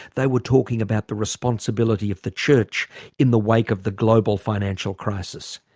they were talking about the responsibility of the church in the wake of the global financial crisis.